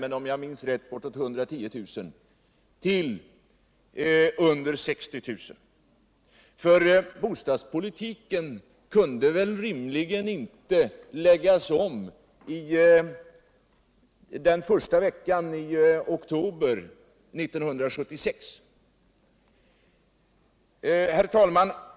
men om jag minns rätt var det bortåt 110 000 —- till under 60 000. För Arne Pettersson menar vil inte att bostadspolitiken rimligen kunde läggas om redan under den första veckan i oktober 1976? Herr talman!